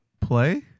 play